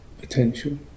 potential